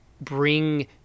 bring